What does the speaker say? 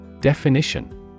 Definition